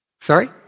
Sorry